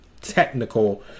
technical